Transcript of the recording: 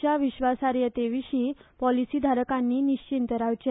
च्या विश्वासार्हतेविशी पॉलीसीधारकानी निश्चिंत रावचे